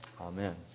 Amen